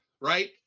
Right